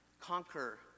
conquer